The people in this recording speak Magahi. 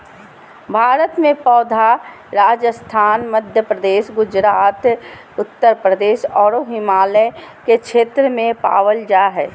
भारत में पौधा राजस्थान, मध्यप्रदेश, गुजरात, उत्तरप्रदेश आरो हिमालय के क्षेत्र में पावल जा हई